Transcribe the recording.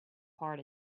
part